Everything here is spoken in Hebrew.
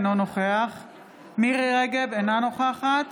אינו נוכח מירי מרים רגב, אינה נוכחת